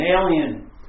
alien